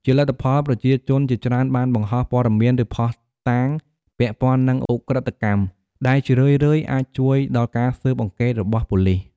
ជាលទ្ធផល ប្រជាជនជាច្រើនបានបង្ហោះព័ត៌មាន ឬភស្តុតាង ពាក់ព័ន្ធនឹងឧក្រិដ្ឋកម្ម ដែលជារឿយៗអាច ជួយដល់ការស៊ើបអង្កេតរបស់ប៉ូលិស ។